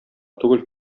түгел